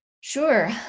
Sure